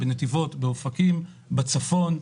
בנתיבות, באופקים, בצפון,